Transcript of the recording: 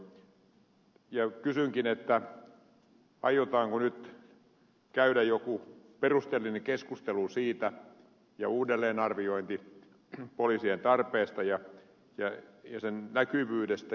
kysynkin aiotaanko nyt käydä joku perusteellinen keskustelu ja uudelleenarviointi poliisien tarpeesta ja näkyvyydestä